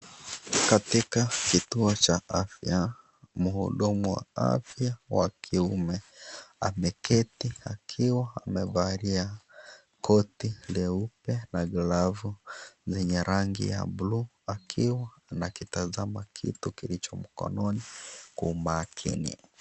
Katika kituo cha afya, mhudumu wa afya wa kiume ameketi akiwa amevalia koti leupe na glavu zenye rangi ya buluu akiwa anakitazama kitu kilicho mkononi kwa umakini.